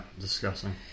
disgusting